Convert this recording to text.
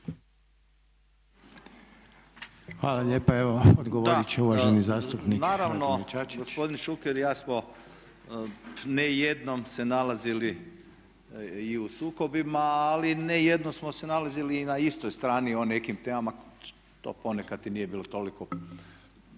**Čačić, Radimir (Reformisti)** Naravno gospodin Šuker i ja smo ne jednom se nalazili i u sukobima, ali ne jednom smo se nalazili i na istoj strani o nekim temama. To ponekad i nije bilo toliko